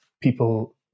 people